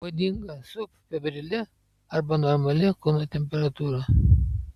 būdinga subfebrili arba normali kūno temperatūra